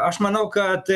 aš manau kad